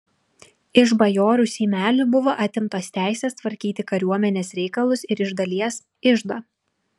iš bajorų seimelių buvo atimtos teisės tvarkyti kariuomenės reikalus ir iš dalies iždą